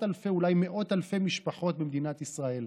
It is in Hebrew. אלפי ואולי מאות אלפי משפחות במדינת ישראל.